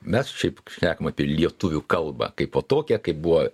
mes šiaip šnekam apie lietuvių kalbą kaipo tokią kaip buvo